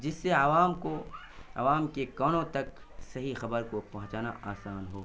جس سے عوام کو عوام کے کانوں تک صحیح خبر کو پہنچانا آسان ہو